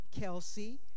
Kelsey